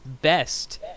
best